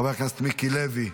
חבר הכנסת מיקי לוי,